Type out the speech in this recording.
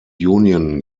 union